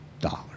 dollars